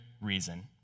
reason